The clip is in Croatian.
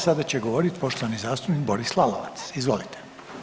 Sada će govoriti poštovani zastupnik Boris Lalovac, izvolite.